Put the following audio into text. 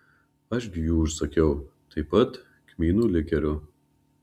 aš gi jų užsakiau taip pat kmynų likerio